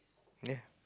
ya